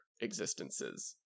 existences